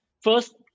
First